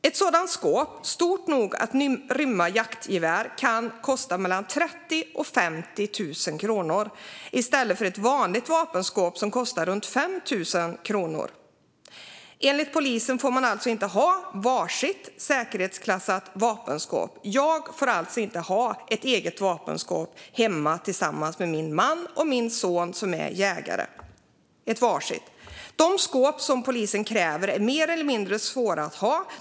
Ett sådant skåp, stort nog att rymma jaktgevär, kan kosta mellan 30 000 och 50 000 kronor i stället för ett vanligt vapenskåp, som kostar runt 5 000 kronor. Enligt polisen får man inte heller ha varsitt säkerhetsklassat vapenskåp. Jag får alltså inte ha ett eget vapenskåp hemma då min man och min son som båda är jägare har vapenskåp. De skåp som polisen kräver är mer eller mindre svåra att ha.